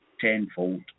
tenfold